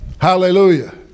Hallelujah